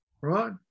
right